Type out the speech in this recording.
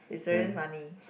it's really funny